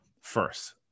first